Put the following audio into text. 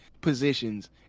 positions